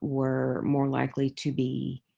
were more likely to be